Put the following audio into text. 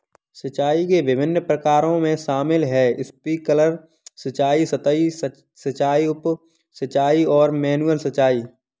सिंचाई के विभिन्न प्रकारों में शामिल है स्प्रिंकलर सिंचाई, सतही सिंचाई, उप सिंचाई और मैनुअल सिंचाई